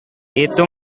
itu